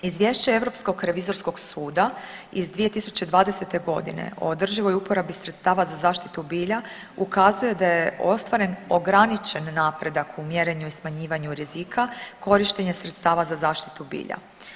Izvješće Europskog revizorskog suda iz 2020. godine o održivoj uporabi sredstava za zaštitu bilja ukazuje da je ostvaren ograničen napredak u mjerenju i smanjivanju rizika korištenje sredstava za zaštitu bilja.